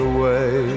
Away